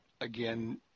again